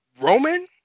Roman